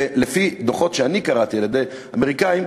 ולפי דוחות שאני קראתי שנכתבו על-ידי אמריקנים,